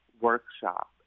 workshop